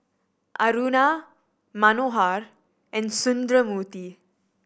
Aruna Manohar and Sundramoorthy